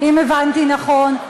אם הבנתי נכון.